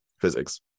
physics